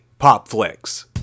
PopFlix